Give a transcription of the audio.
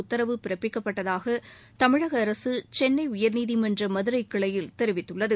உத்தரவு பிறப்பிக்கப்பட்டதாக தமிழக அரசு சென்னை உயர்நீதிமன்ற மதுரை கிளையில் தெரிவித்துள்ளது